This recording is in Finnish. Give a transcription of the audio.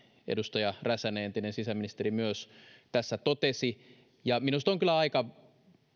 edustaja räsänen entinen sisäministeri myös tässä totesi minusta on kyllä aika